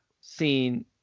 seen